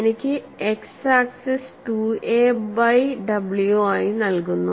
എനിക്ക് x axis 2a by w ആയി നൽകുന്നു